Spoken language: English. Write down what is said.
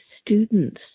students